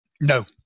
No